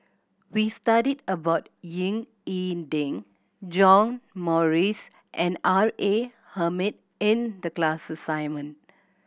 we studied about Ying E Ding John Morrice and R A Hamid in the class assignment